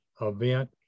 Event